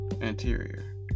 interior